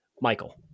Michael